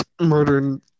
murdering